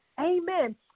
Amen